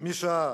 מהשעה